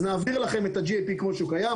אז נעביר לכם את ה-GAP כמו שהוא קיים,